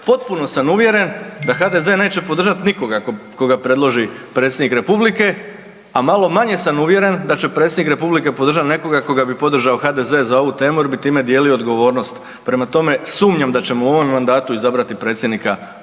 potpuno sam uvjeren da HDZ neće podržati nikoga koga predloži predsjednik Republike, a malo manje sam uvjeren da će predsjednik Republike podržati nekoga koga bi podržao HDZ za ovu temu, jer bi time dijelio odgovornost. Prema tome, sumnjam da ćemo u ovom mandatu izabrati predsjednika Vrhovnog